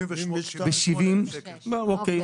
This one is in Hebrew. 78,000. --- אוקיי.